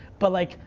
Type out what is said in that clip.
but like,